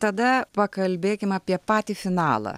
tada pakalbėkim apie patį finalą